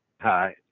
Hi